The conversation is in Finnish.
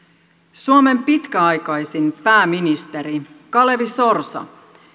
suomen pitkäaikaisin pääministeri kalevi sorsa